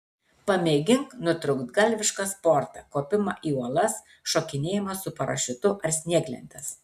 pamėgink nutrūktgalvišką sportą kopimą į uolas šokinėjimą su parašiutu ar snieglentes